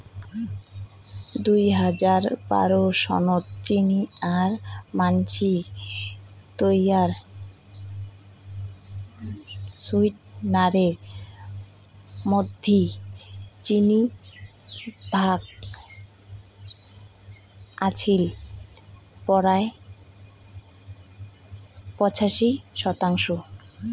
দুই হাজার বারো সনত চিনি আর মানষি তৈয়ার সুইটনারের মধ্যি চিনির ভাগ আছিল পরায় পঁচাশি শতাংশ